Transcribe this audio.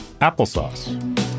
Applesauce